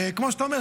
וכמו שאתה אומר,